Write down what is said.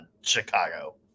Chicago